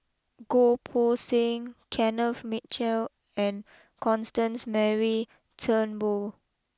Goh Poh Seng Kenneth Mitchell and Constance Mary Turnbull